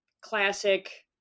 classic